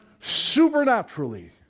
supernaturally